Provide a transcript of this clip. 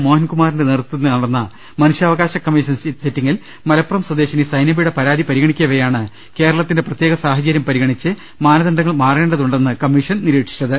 മോഹൻകുമാറിന്റെ നേതൃത്വത്തിൽ നടന്ന മനുഷ്യാ വകാശ കമ്മീഷൻ സിറ്റിങ്ങിൽ മലപ്പുറം സ്വദേശിനി സൈനബയുടെ പരാതി പരിഗണിക്കവെയാണ് കേരളത്തിന്റെ പ്രത്യേക സാഹചര്യം പരിഗണിച്ച് മാനദണ്ഡങ്ങൾ മാറേണ്ടതുണ്ടെന്ന് കമ്മീഷൻ നിരീക്ഷിച്ചത്